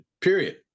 period